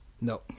no